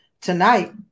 tonight